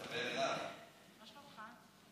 חבריי חברי הכנסת וחברות הכנסת,